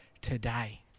today